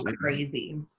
crazy